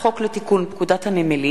מפעל "ניסן"